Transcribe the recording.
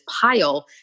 pile